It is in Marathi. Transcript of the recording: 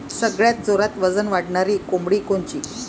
सगळ्यात जोरात वजन वाढणारी कोंबडी कोनची?